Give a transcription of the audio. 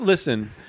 listen